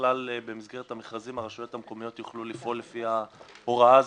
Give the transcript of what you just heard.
בכלל במסגרת המכרזים הרשויות המקומיות יוכלו לפעול לפי ההוראה הזאת,